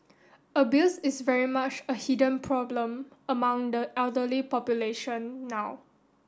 abuse is very much a hidden problem among the elderly population now